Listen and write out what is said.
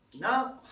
Now